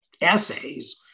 essays